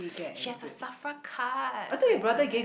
she has a Safra card so we go there